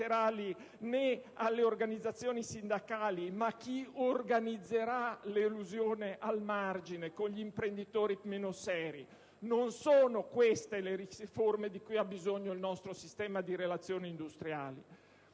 nè alle organizzazioni sindacali, ma a chi organizzerà l'elusione al margine, con gli imprenditori meno seri. Non sono certo queste le riforme di cui il nostro sistema di relazioni industriali